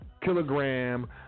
kilogram